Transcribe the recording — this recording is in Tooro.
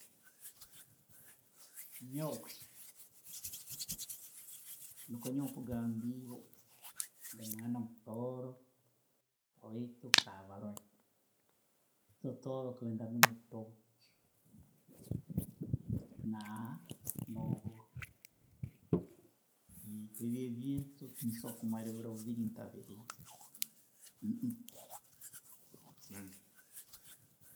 Nyoowe, nikwo nyoowe nkugambiire, ndi mwana mutooro, owaitu kabarole. Eitwe tooro twenda muuno ebitooke, na- no'buuro. Ebyo ebintu tinsobora kumara ebiiru biibiri ntabirireho.